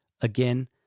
Again